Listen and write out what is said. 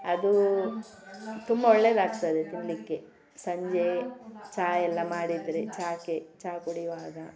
ಅದು ತುಂಬ ಒಳ್ಳೆದಾಗ್ತದೆ ತಿನ್ನಲಿಕ್ಕೆ ಸಂಜೆ ಚಾ ಎಲ್ಲ ಮಾಡಿದರೆ ಚಾಕ್ಕೆ ಚಾ ಕುಡಿಯುವಾಗ